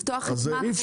לפתוח את מה,